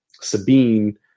Sabine